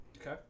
Okay